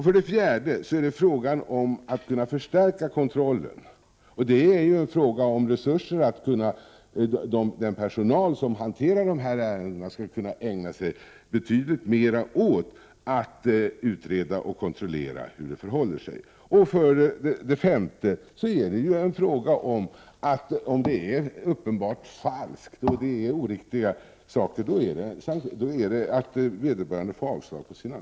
För det fjärde är det fråga om att förstärka kontrollen. Det gäller om den personal som skall hantera de här ärendena har resurser för att betydligt mer kunna ägna sig åt att utreda och kontrollera förhållandena. För det femte får ju vederbörande avslag på sin ansökan, om det rör sig om uppenbart falska uppgifter.